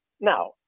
Now